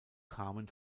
kamen